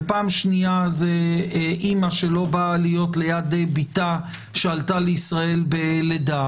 פעם שנייה זאת אימא שלא באה להיות ליד בתה שעלתה לישראל והיא יולדת,